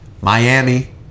Miami